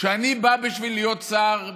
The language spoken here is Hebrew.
אני בא בשביל להיות שר,